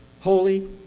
holy